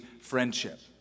friendship